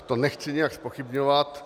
To nechci nijak zpochybňovat.